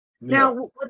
Now